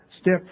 Step